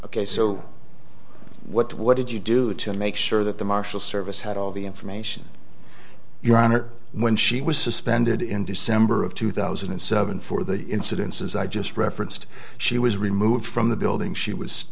ok so what what did you do to make sure that the marshal service had all the information your honor when she was suspended in december of two thousand and seven for the incidences i just referenced she was removed from the building she was